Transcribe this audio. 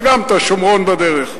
וגם את השומרון בדרך.